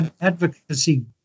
Advocacy